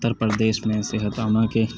اُتّر پردیش میں صحتِ عامّہ کے